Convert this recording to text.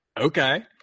Okay